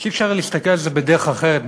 ואי-אפשר להסתכל על זה בדרך אחרת,